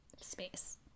space